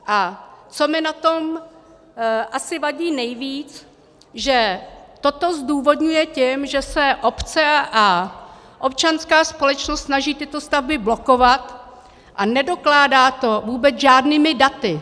A co mi na tom vadí asi nejvíc, že toto zdůvodňuje tím, že se obce a občanská společnost snaží tyto stavby blokovat, a nedokládá to vůbec žádnými daty.